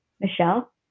Michelle